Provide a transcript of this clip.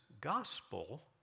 gospel